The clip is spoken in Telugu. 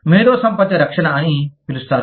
మేధో సంపత్తి రక్షణ అని పిలుస్తారు